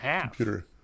computer